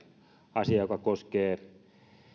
asia koskee